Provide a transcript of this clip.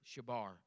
Shabar